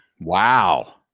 Wow